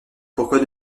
pourquoi